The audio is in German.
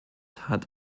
hat